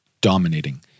dominating